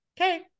okay